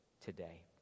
today